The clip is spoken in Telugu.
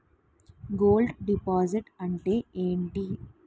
గోల్డ్ డిపాజిట్ అంతే ఎంటి?